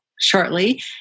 shortly